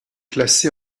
classé